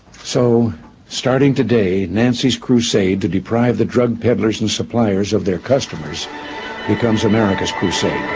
so starting today nancy's crusade to deprive the drug peddlers and suppliers of their customers becomes america's crusade.